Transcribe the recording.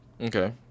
Okay